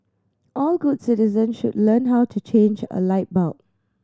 all good citizens should learn how to change a light bulb